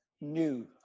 new